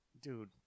Dude